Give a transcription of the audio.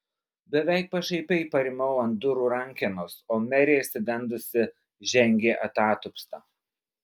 beveik pašaipiai parimau ant durų rankenos o merė išsigandusi žengė atatupsta